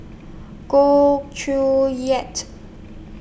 Goh Chiew yet